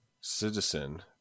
citizen